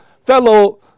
fellow